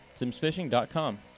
SimsFishing.com